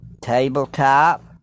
tabletop